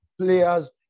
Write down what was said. players